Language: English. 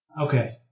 Okay